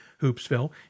Hoopsville